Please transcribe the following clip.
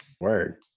Word